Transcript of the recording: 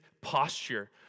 posture